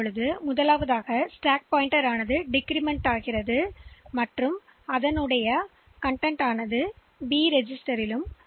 எனவே முதலில் ஸ்டாக் சுட்டிக்காட்டி குறைக்கப்படும் மேலும் ரெஜிஸ்டர்B இன் உள்ளடக்கம் எஸ்